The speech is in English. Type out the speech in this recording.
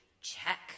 Check